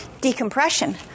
decompression